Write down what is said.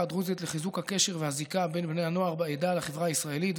הדרוזית לחיזוק הקשר והזיקה של בני הנוער בעדה לחברה הישראלית,